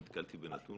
נתקלתי בנתון כזה.